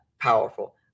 powerful